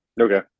Okay